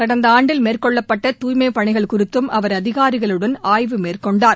கடந்த ஆண்டில் மேற்ளொள்ப்பட்ட தூய்மைப் பணிகள் குறித்தும் அவா் அதிகாரிகளுடன் ஆய்வு மேற்கொண்டார்